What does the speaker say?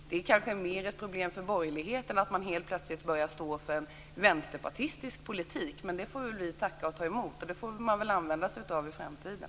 Det kanske mer är ett problem för borgerligheten att man helt plötsligt börjar stå för en vänsterpartistisk politik. Men det tackar vi och tar emot, och det får vi väl använda oss av i framtiden.